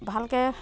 ভালকৈ